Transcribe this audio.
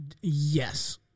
Yes